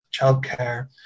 childcare